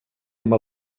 amb